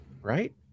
right